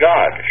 God